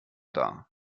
dar